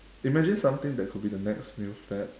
imagine something that could be the next new fad